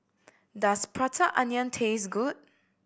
does Prata Onion taste good